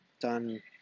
done